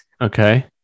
Okay